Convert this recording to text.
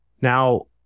Now